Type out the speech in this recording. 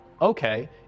okay